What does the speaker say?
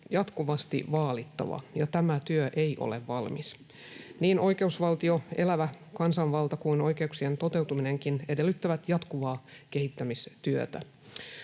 jatkuvasti vaalittava, ja tämä työ ei ole valmis. Niin oikeusvaltio, elävä kansanvalta kuin oikeuksien toteutuminenkin edellyttävät jatkuvaa kehittämistyötä.